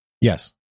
Yes